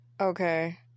Okay